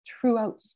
throughout